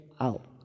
out